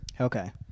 Okay